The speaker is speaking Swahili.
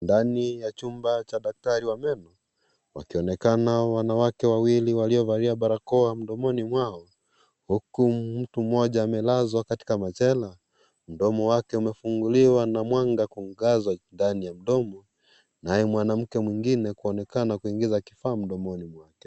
Ndani ya chumba cha daktari wa meno wakionekana wanawake wawili waliovalia barakoa mdomoni mwao huku mtu mmoja amelazwa katika machela mdomo wake umefunguliwa na mwanga kuangazwa ndani ya mdomo naye mwanamke mwingine kuonekana kuingiza kifaa mdomoni mwake.